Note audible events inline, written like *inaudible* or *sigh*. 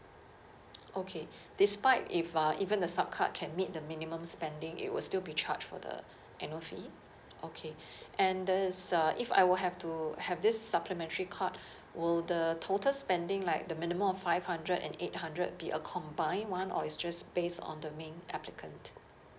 okay *breath* despite if uh even the sup card can meet the minimum spending it'll still be charged for the *breath* annual fee okay *breath* and there's a if I were have to have this supplementary card *breath* will the total spending like the minimum of five hundred and eight hundred be a combined one or it's just based on the main applicant